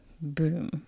Boom